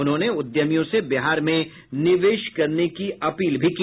उन्होंने उद्यमियों से बिहार में निवेश करने की अपील भी की